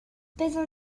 byddwn